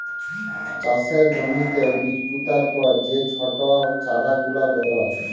চাষের জ্যমিতে বীজ পুতার পর যে ছট চারা গুলা বেরয়